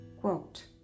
Quote